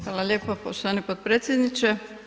Hvala lijepo poštovani potpredsjedniče.